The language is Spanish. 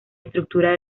estructura